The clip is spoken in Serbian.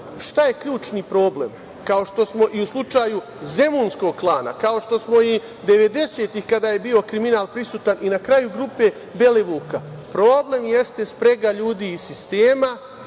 je ključni problem? Kao i u slučaju zemunskog klana, kao što smo i devedesetih godina kada je bio kriminal prisutan i na kraju grupe Belivuka, problem jeste sprega ljudi iz sistema